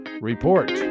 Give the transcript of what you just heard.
Report